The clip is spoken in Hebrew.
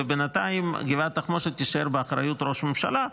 ובינתיים גבעת התחמושת תישאר באחריות ראש הממשלה.